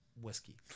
Whiskey